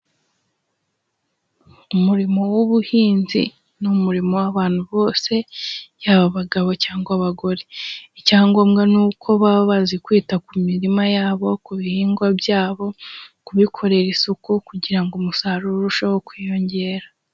Umurimo w'ubuhinzi, ni umurimo w'abantu bose, yaba abagabo cyangwa abagore, icyangombwa ni uko baba bazi kwita ku mirima yabo, ku bihingwa byabo, kubikorera isuku kugira ngo umusaruro urusheho kwiyongera.